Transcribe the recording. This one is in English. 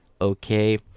Okay